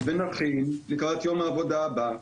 ונחים לקראת יום העבודה הבא,